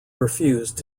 refused